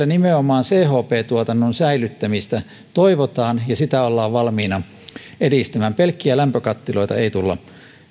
nimenomaan chp tuotannon säilyttämistä toivotaan ja sitä ollaan valmiina edistämään pelkkiä lämpökattiloita ei tulla